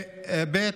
ב.